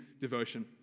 devotion